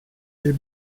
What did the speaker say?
les